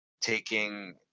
taking